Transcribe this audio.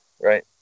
right